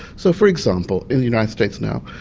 so for example, in the united states now,